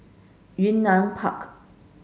Yunnan Park